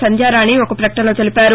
సంధ్యారాణి ఒక ప్రకటనలో తెలిపారు